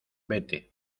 vete